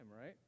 right